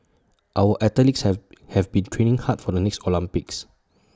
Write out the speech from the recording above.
our athletes have have been training hard for the next Olympics